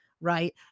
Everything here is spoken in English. right